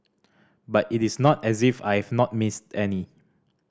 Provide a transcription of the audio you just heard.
but it is not as if I have not missed any